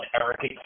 Erica